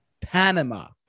Panama